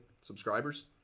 subscribers